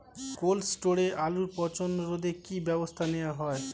Cold স্টোরে আলুর পচন রোধে কি ব্যবস্থা নেওয়া হয়?